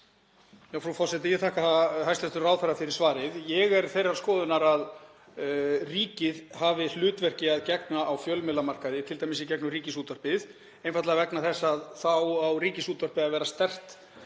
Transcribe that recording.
Frú forseti. Ég þakka hæstv. ráðherra fyrir svarið. Ég er þeirrar skoðunar að ríkið hafi hlutverki að gegna á fjölmiðlamarkaði, t.d. í gegnum Ríkisútvarpið, einfaldlega vegna þess að Ríkisútvarpið á að vera sterkt